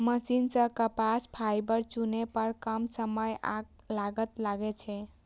machine सं कपास fibre चुनै पर कम समय आ लागत लागै छै